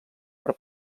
per